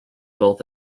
both